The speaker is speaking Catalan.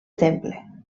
temple